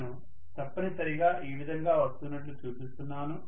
నేను తప్పనిసరిగా ఈ విధంగా వస్తున్నట్లు చూపిస్తున్నాను